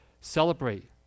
celebrate